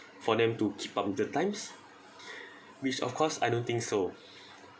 for them to keep up with the times which of course I don't think so